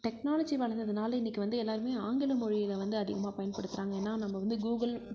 technology வளந்ததுனால இன்னைக்கு வந்து எல்லாருமே ஆங்கில மொழியில் வந்து அதிகமாக பயன்படுத்துகிறாங்க ஏன்னா நம்ம வந்து கூகுள்